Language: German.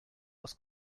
aus